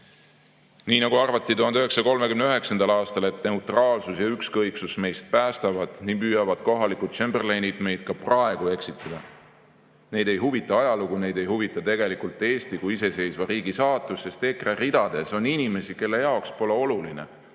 Nii nagu arvati 1939. aastal, et neutraalsus ja ükskõiksus meid päästavad, nii püüavad kohalikud Chamberlainid meid ka praegu eksitada. Neid ei huvita ajalugu, neid ei huvita tegelikult Eesti kui iseseisva riigi saatus, sest EKRE ridades on inimesi, kelle jaoks pole oluline,